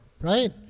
right